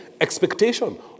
expectation